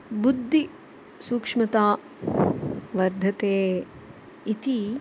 बुद्धेः सूक्ष्मता वर्धते इति